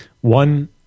One